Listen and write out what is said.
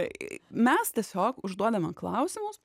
mes tiesiog užduodame klausimus